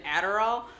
Adderall